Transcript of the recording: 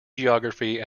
geography